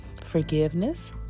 forgiveness